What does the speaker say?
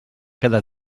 cada